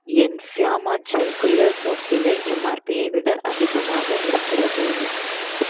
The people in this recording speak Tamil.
என் ஃபியாமா ஜெல் குளியல் சோப் விலை எம்ஆர்பியை விட அதிகமாக இருக்கிறது